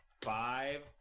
five